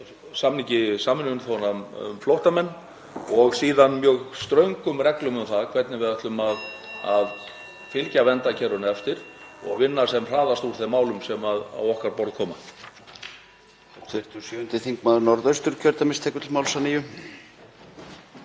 samningi Sameinuðu þjóðanna um flóttamenn, og síðan mjög ströngum reglum um það hvernig við ætlum að fylgja verndarkerfinu eftir og vinna sem hraðast úr þeim málum sem á okkar borð koma.